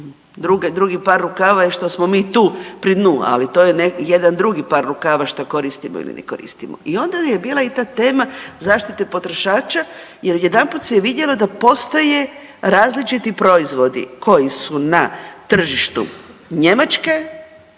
Drugi par rukava je što smo mi tu pri dnu, ali to je jedan drugi par rukava što koristimo ili ne koristimo. I onda je bila i ta tema zaštite potrošača, jer jedanput se je vidjelo da postoje različiti proizvodi koji su na tržištu Njemačke,